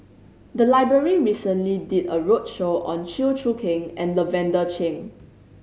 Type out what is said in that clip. the library recently did a roadshow on Chew Choo Keng and Lavender Chang